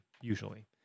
usually